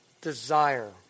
desire